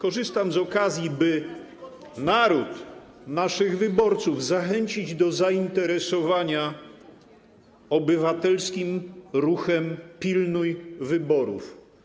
Korzystam z okazji, by naród, naszych wyborców zachęcić do zainteresowania obywatelskim ruchem Pilnuj Wyborów.